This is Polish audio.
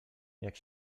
jak